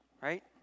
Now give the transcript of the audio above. Right